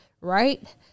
Right